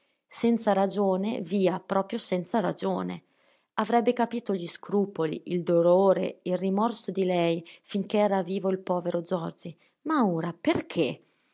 senza ragione via proprio senza ragione avrebbe capito gli scrupoli il dolore il rimorso di lei finché era vivo il povero zorzi ma ora perché